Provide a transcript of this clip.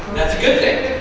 that's a good thing.